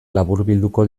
laburbilduko